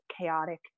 chaotic